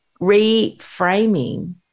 reframing